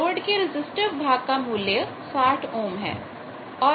तो लोड के रेजिस्टिव भाग का मूल्य 60 ओम है